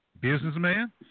businessman